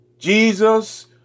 Jesus